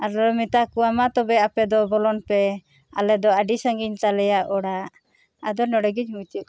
ᱟᱫᱚ ᱞᱮ ᱢᱮᱛᱟ ᱠᱚᱣᱟ ᱢᱟ ᱛᱚᱵᱮ ᱟᱯᱮ ᱫᱚ ᱵᱚᱞᱚᱱ ᱯᱮ ᱟᱞᱮ ᱫᱚ ᱟᱹᱰᱤ ᱥᱟᱺᱜᱤᱧ ᱛᱟᱞᱮᱭᱟ ᱚᱲᱟᱜ ᱟᱫᱚ ᱱᱚᱱᱰᱮ ᱜᱮ ᱢᱩᱪᱟᱹᱫ